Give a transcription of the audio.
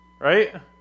Right